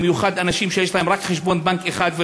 במיוחד לאנשים שיש להם רק חשבון בנק אחד,